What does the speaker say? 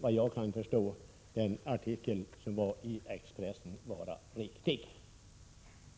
Vad jag kan förstå kan den artikel som fanns i Expressen därför inte vara riktig.